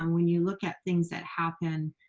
um when you look at things that happened,